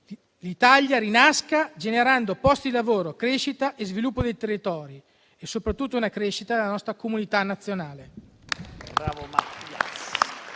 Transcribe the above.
l'Italia rinascerà generando posti di lavoro, crescita e sviluppo dei territori e soprattutto una crescita della nostra comunità nazionale.